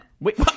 Wait